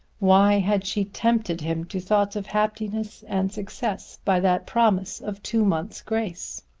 why had she tempted him to thoughts of happiness and success by that promise of two months' grace?